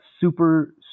super